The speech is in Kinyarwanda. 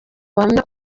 ubuhamya